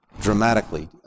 dramatically